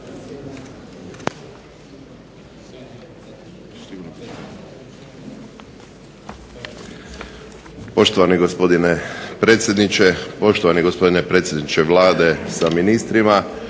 Poštovani gospodine predsjedniče, poštovani gospodine predsjedniče Vlade sa ministrima,